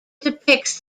depicts